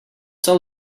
tell